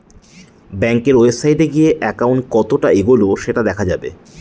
ব্যাঙ্কের ওয়েবসাইটে গিয়ে একাউন্ট কতটা এগোলো সেটা দেখা যাবে